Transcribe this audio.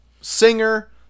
singer